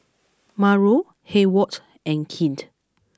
Mauro Hayward and Clint